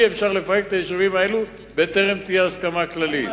אי-אפשר לפרק את היישובים האלו בטרם תהיה הסכמה כללית.